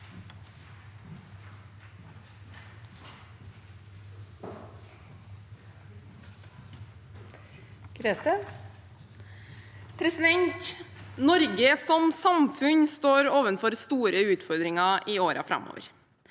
Norge som samfunn står overfor store utfordringer i årene framover.